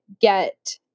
get